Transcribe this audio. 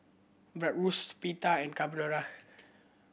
Bratwurst Pita and Carbonara